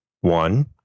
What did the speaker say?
one